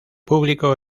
público